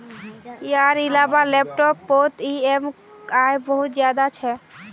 यार इलाबा लैपटॉप पोत ई ऍम आई बहुत ज्यादा छे